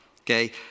okay